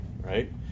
right